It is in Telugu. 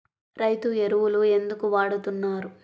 రైతు ఎరువులు ఎందుకు వాడుతున్నారు?